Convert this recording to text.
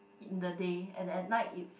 in the day and at night it